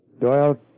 Doyle